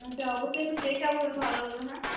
আচ্ছা অবশ্যই একটু চেষ্টা করবেন ভালোভাবে হ্যাঁ